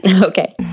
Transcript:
Okay